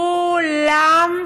כולם,